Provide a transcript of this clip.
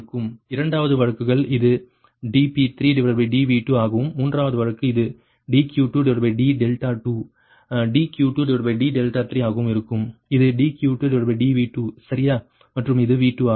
இரண்டாவது வழக்குகள் இது dp3dV2 ஆகவும் மூன்றாவது வழக்கு இது dQ2d2 dQ2d3 ஆகவும் இருக்கும் இது dQ2dV2 சரியா மற்றும் இது V2 ஆகும்